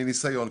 מניסיון,